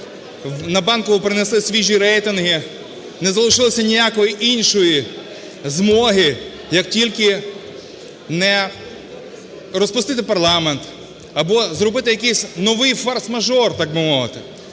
на Банкову принесли свіжі рейтинги, не залишилося ніякої іншої змоги, як тільки не… розпустити парламент або зробити якийсь новий форс-мажор, так би мовити.